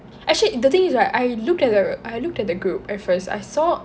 actually the thing is right I looked at the I looked at the group at first I saw